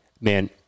man